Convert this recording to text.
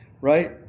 Right